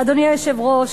אדוני היושב-ראש,